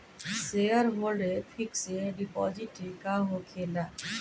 Shareholder fix deposit का होखे ला?